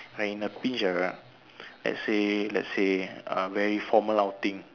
I in a pinch ah let's say let's say err very formal outing